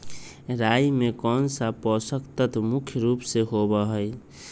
राई में कौन सा पौषक तत्व मुख्य रुप से होबा हई?